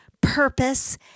purpose